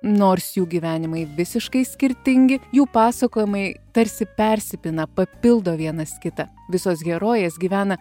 nors jų gyvenimai visiškai skirtingi jų pasakojimai tarsi persipina papildo vienas kitą visos herojės gyvena